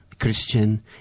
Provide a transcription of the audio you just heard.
Christian